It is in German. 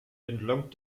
entlang